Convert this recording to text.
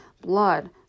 Blood